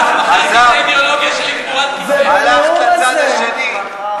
בבית שהייתה בו שורה שלמה של ספרים של ז'בוטינסקי,